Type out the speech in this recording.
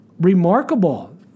remarkable